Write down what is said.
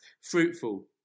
fruitful